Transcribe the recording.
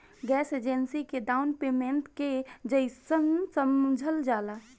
gap insurance के down payment के जइसन समझल जाला